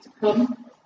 come